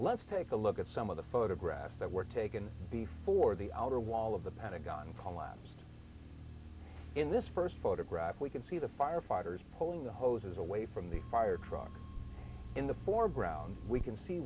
let's take a look at some of the photographs that were taken before the outer wall of the pentagon come last in this first photograph we can see the firefighters pulling the hoses away from the fire truck in the foreground we can see